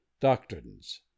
doctrines